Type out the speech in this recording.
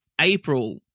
April